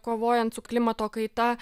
kovojant su klimato kaita